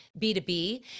B2B